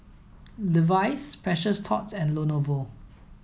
Levi's Precious Thots and Lenovo